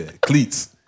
Cleats